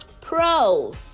pros